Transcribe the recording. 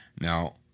Now